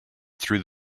through